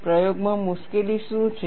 પ્રયોગમાં મુશ્કેલી શું છે